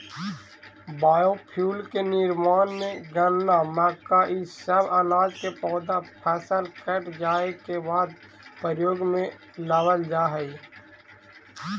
biofuel के निर्माण में गन्ना, मक्का इ सब अनाज के पौधा फसल कट जाए के बाद प्रयोग में लावल जा हई